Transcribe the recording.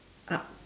up